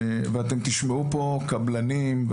ואתם תשמעו פה קבלנים,